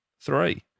Three